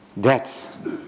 death